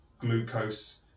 glucose